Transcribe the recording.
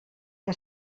que